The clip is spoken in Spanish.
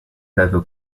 dado